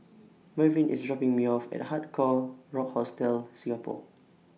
Mervyn IS dropping Me off At Hard Rock Hostel Singapore